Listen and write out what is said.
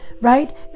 right